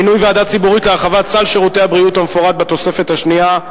מינוי ועדה ציבורית להרחבת סל שירותי הבריאות המפורט בתוספת השנייה).